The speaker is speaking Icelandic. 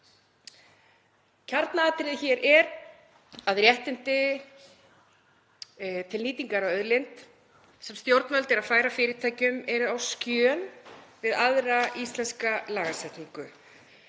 Kjarnaatriðið hér er að réttindi til nýtingar á auðlind sem stjórnvöld eru að færa fyrirtækjum eru á skjön við aðra íslenska lagasetningu.